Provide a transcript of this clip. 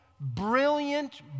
brilliant